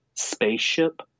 spaceship